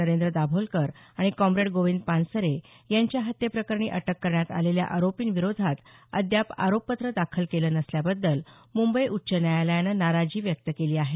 नरेंद्र दाभोलकर आणि कॉम्रेड गोविंद पानसरे यांच्या हत्येप्रकरणी अटक करण्यात आलेल्या आरोपींविरोधात अद्याप आरोपपत्र दाखल केलं नसल्याबद्दल मुंबई उच्च न्यायालयानं नाराजी व्यक्त केली आहे